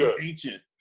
ancient